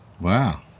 Wow